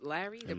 Larry